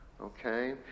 Okay